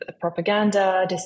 propaganda